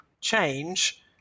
change